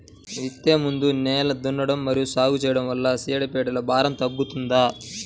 విత్తే ముందు నేలను దున్నడం మరియు సాగు చేయడం వల్ల చీడపీడల భారం తగ్గుతుందా?